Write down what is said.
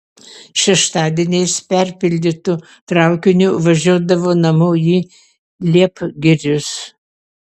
šeštadieniais perpildytu traukiniu važiuodavo namo į liepgirius